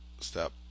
step